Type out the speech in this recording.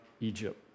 Egypt